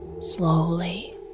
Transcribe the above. Slowly